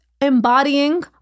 embodying